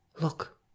Look